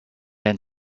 then